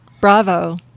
Bravo